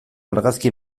argazki